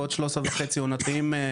ועוד 13 וחצי עונתיים.